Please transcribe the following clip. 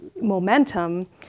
momentum